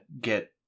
get